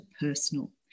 personal